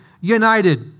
united